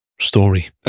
story